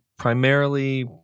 primarily